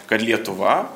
kad lietuva